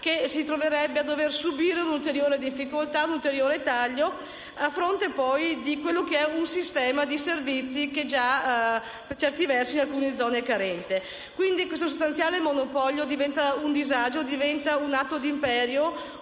che si troverebbe a dover subire una ulteriore difficoltà, un ulteriore taglio, a fronte di un sistema di servizi che già, per certi versi, in alcune zone è carente. Quindi questo sostanziale monopolio diventa un disagio, un atto d'imperio,